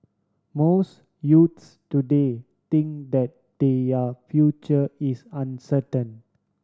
most youths today think that their future is uncertain